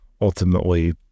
ultimately